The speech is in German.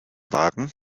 wagen